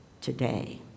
today